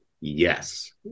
Yes